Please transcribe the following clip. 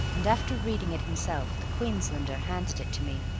and, after reading it himself, the queenslander handed it to me.